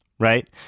Right